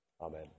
Amen